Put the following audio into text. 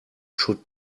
should